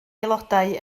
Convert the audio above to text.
aelodau